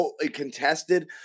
Contested